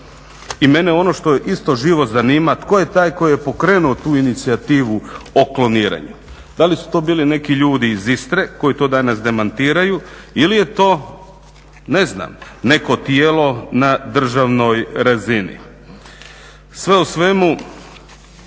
i mene ono što isto živo zanima, tko je taj koji je pokrenuo tu inicijativu o kloniranju? Da li su to bili neki ljudi iz Istre koji to danas demantiraju ili je to, ne znam, neko tijelo na državno razini? Sve u svemu